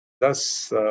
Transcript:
thus